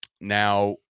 now